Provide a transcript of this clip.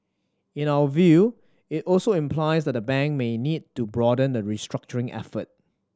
in our view it also implies that the bank may need to broaden the restructuring effort